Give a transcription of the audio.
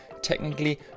technically